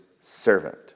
servant